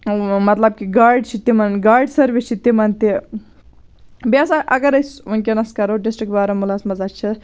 مطلَب کہِ گاڑِ چھِ تِمَن گاڑِ سٔروِس چھِ تِمَن تہِ بیٚیہِ ہَسا اَگَر أسۍ وٕنۍ کٮ۪نَس کَرو ڈِسٹِرک بارہمولاہَس منٛز ہہ چھِ